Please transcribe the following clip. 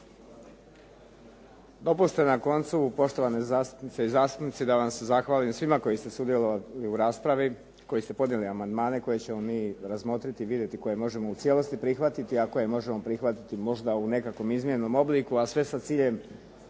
Dopustite na koncu poštovane zastupnice i zastupnici da vam se zahvalim svima koji ste sudjelovali u raspravi, koji ste podnijeli amandmane koje ćemo mi razmotriti i vidjeti koje možemo u cijelosti prihvatiti a koje možemo prihvatiti možda u nekakvom izmijenjenom obliku a sve sa ciljem